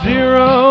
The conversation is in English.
Zero